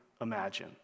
imagine